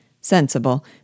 Sensible